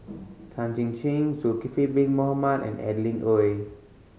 Tan Chin Chin Zulkifli Bin Mohamed and Adeline Ooi